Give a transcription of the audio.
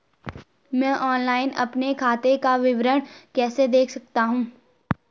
मैं ऑनलाइन अपने खाते का विवरण कैसे देख सकता हूँ?